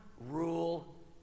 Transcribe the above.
rule